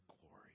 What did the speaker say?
glory